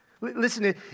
Listen